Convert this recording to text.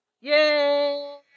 Yay